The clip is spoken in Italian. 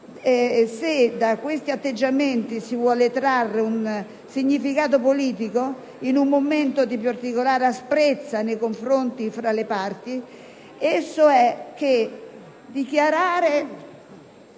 Se da questi atteggiamenti si vuol trarre un significato politico, in un momento di particolare asprezza nel confronto tra le parti, esso è che non